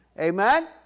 Amen